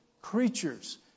creatures